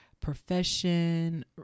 profession